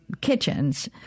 kitchens